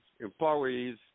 employees